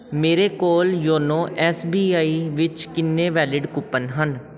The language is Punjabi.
ਮੇਰੇ ਕੋਲ ਯੋਨੋ ਐਸ ਬੀ ਆਈ ਵਿੱਚ ਕਿੰਨੇ ਵੈਲਿਡ ਕੂਪਨ ਹਨ